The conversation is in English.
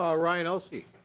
ah ryan elsie